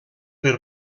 per